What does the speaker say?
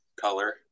color